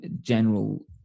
general